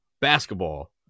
Basketball